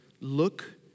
look